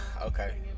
Okay